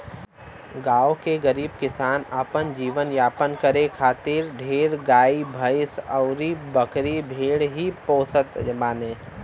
गांव के गरीब किसान अपन जीवन यापन करे खातिर ढेर गाई भैस अउरी बकरी भेड़ ही पोसत बाने